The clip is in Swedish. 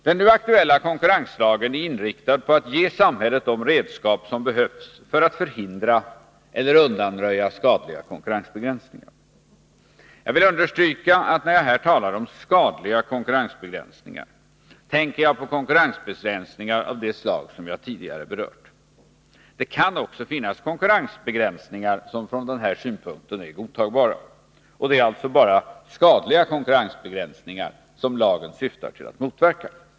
Den nu aktuella konkurrenslagen är inriktad på att ge samhället de redskap som behövs för att förhindra eller undanröja skadliga konkurrensbegränsningar. Jag vill understryka att när jag här talar om skadliga konkurrensbegränsningar tänker jag på konkurrensbegränsningar av det slag som jag tidigare har berört. Det kan också finnas konkurrensbegränsningar som från den här synpunkten är godtagbara. Och det är alltså bara skadliga konkurrensbegränsningar som lagen syftar till att motverka.